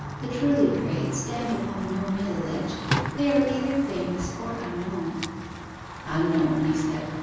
the truly great stand upon no middle ledge they are either famous or unknown unknown, he said,